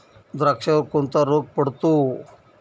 द्राक्षावर कोणता रोग पडतो?